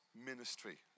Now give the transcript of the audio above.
ministry